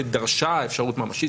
ודרשה אפשרות ממשית,